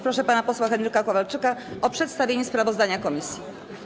Proszę pana posła Henryka Kowalczyka o przedstawienie sprawozdania komisji.